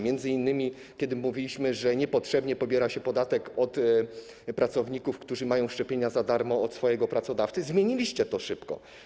Między innymi kiedy mówiliśmy, że niepotrzebnie pobiera się podatek od pracowników, którzy mają szczepienia za darmo od swojego pracodawcy - zmieniliście to szybko.